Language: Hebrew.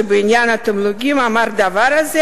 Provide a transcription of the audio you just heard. שבעניין התמלוגים אמר את הדבר הזה.